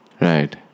Right